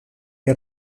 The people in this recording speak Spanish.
que